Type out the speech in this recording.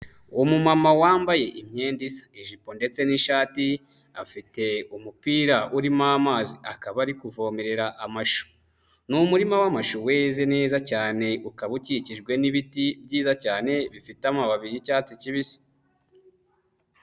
Umumama wambaye imyenda isa ijipo ndetse n'ishati, afite umupira urimo amazi akaba ari kuvomerera amashu, ni umurima w'amashu weze neza cyane ukaba ukikijwe n'ibiti byiza cyane bifite amababi y'icyatsi kibisi.